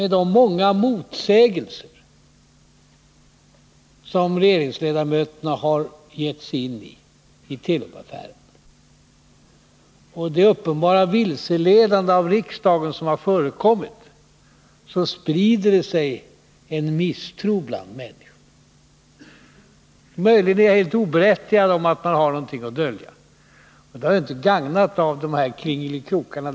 De många motsägelser som regeringsledamöterna har gett sig in på i Telubaffären och det uppenbara vilseledande av riksdagen som förekommit gör att det sprider sig en misstro bland människorna, möjligen helt oberättigad, om att man har någonting att dölja. Saken har inte gagnats av de här kringelikrokarna.